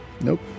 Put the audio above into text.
Nope